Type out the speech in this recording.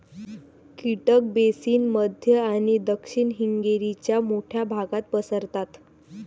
कीटक बेसिन मध्य आणि दक्षिण हंगेरीच्या मोठ्या भागात पसरतात